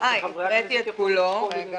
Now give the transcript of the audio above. כדי שחברי הכנסת יוכלו להצביע.